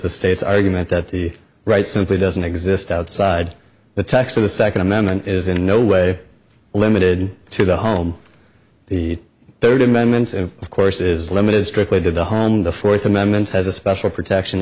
the state's argument that the right simply doesn't exist outside the text of the second amendment is in no way limited to the home the third amendment and of course is limited strictly to the home the fourth amendment has a special protection